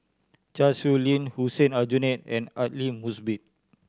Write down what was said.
Chan Sow Lin Hussein Aljunied and Aidli Mosbit